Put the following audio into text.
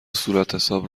صورتحساب